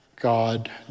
God